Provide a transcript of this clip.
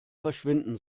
verschwinden